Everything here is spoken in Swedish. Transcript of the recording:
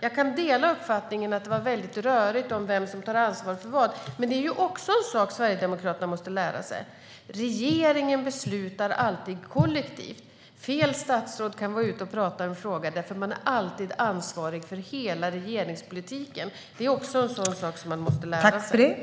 Jag delar uppfattningen att det var väldigt rörigt när det gäller vem som tar ansvar för vad, men en sak måste Sverigedemokraterna lära sig: Regeringen beslutar alltid kollektivt. Fel statsråd kan vara ute och prata i en fråga därför att de alltid är ansvariga för hela regeringspolitiken. Det är något man måste lära sig.